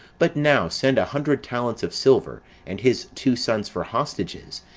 but now send a hundred talents of silver, and his two sons for hostages,